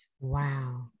Wow